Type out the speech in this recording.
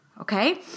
okay